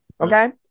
Okay